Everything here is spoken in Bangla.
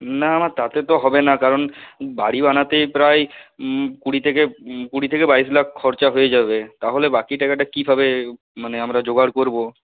না আমার তাতে তো হবে না কারণ বাড়ি বানাতেই প্রায় কুড়ি থেকে কুড়ি থেকে বাইশ লাখ খরচা হয়ে যাবে তাহলে বাকি টাকাটা কিভাবে মানে আমরা জোগাড় করবো